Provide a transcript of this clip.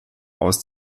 aus